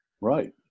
Right